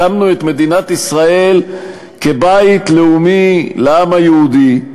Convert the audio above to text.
הקמנו את מדינת ישראל כבית לאומי לעם היהודי,